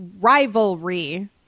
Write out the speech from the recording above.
Rivalry